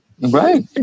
Right